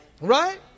right